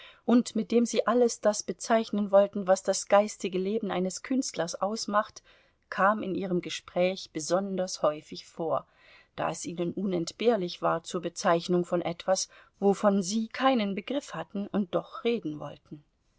und mit dem sie alles das bezeichnen wollten was das geistige leben eines künstlers ausmacht kam in ihrem gespräch besonders häufig vor da es ihnen unentbehrlich war zur bezeichnung von etwas wovon sie keinen begriff hatten und doch reden wollten